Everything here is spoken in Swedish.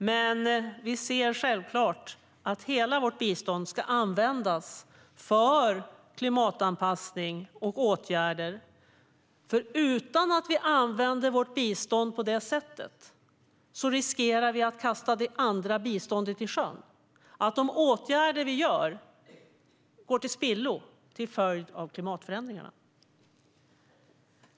Men vi anser självklart att hela vårt bistånd ska användas för klimatanpassning och klimatåtgärder. Om vi inte använder vårt bistånd på det sättet riskerar vi att kasta det andra biståndet i sjön, så att de åtgärder vi vidtar går till spillo till följd av klimatförändringarna.